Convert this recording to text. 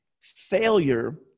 failure